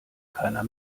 keiner